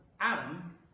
Adam